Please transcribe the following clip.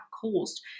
caused